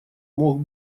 мог